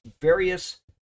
various